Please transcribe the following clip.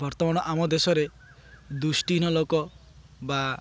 ବର୍ତ୍ତମାନ ଆମ ଦେଶରେ ଦୁଷ୍ଟିହୀନ ଲୋକ ବା